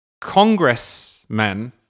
Congressmen